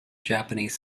japanese